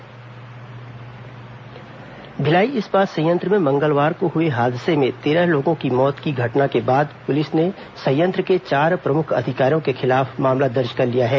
BSP कार्रवाई भिलाई इस्पात संयंत्र में मंगलवार को हुए हादसे में तेरह लोगों की मौत की घटना के बाद पुलिस ने संयंत्र के चार प्रमुख अधिकारियों के खिलाफ मामला दर्ज कर लिया है